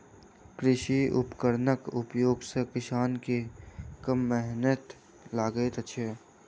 कृषि उपकरणक प्रयोग सॅ किसान के कम मेहनैत लगैत छै